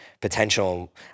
potential